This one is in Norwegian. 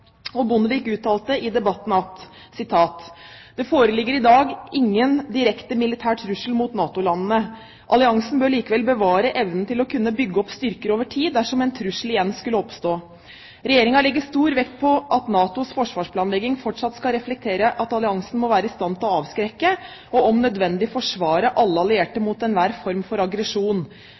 Bondevik uttalte i debatten følgende: «Det foreligger i dag ingen direkte militær trussel mot NATO-landene. Alliansen bør likevel bevare evnen til å kunne bygge opp styrker over tid dersom en trussel igjen skulle oppstå. Regjeringen legger stor vekt på at NATOs forsvarsplanlegging fortsatt skal reflektere at alliansen må være i stand til å avskrekke, og om nødvendig forsvare, alle allierte mot enhver form for aggresjon.